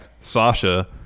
Sasha